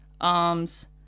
arms